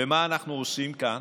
ומה אנחנו עושים כאן?